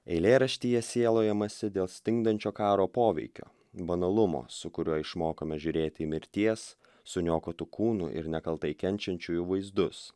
eilėraštyje sielojamasi dėl stingdančio karo poveikio banalumo su kuriuo išmokome žiūrėti į mirties suniokotų kūnų ir nekaltai kenčiančiųjų vaizdus